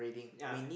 ya